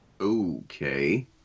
Okay